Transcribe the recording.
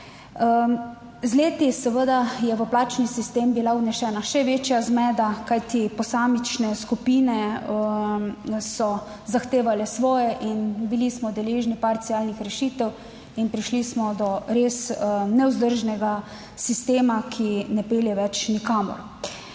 Z leti seveda je v plačni sistem bila vnesena še večja zmeda, kajti posamične skupine so zahtevale svoje in bili smo deležni parcialnih rešitev in prišli smo do res nevzdržnega 65. TRAK: (SC) – 15.20